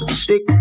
stick